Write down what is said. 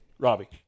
Robbie